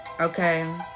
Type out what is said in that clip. okay